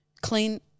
clean